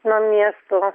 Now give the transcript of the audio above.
nuo miesto